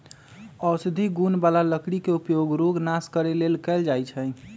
औषधि गुण बला लकड़ी के उपयोग रोग नाश करे लेल कएल जाइ छइ